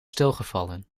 stilgevallen